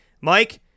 Mike